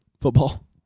Football